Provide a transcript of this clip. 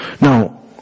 Now